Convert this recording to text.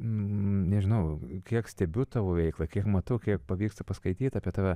nežinau kiek stebiu tavo veiklą kiek matau kiek pavyksta paskaityt apie tave